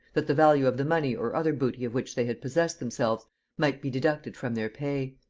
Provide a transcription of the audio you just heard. that the value of the money or other booty of which they had possessed themselves might be deducted from their pay.